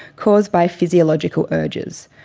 caused by physiological urges.